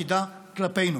בתפקידה כלפינו.